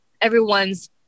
everyone's